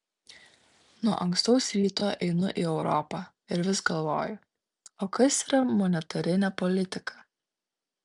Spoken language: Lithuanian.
nuo ankstaus ryto einu į europą ir vis galvoju o kas yra monetarinė politika